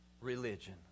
religion